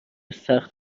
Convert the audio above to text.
سخت